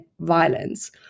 violence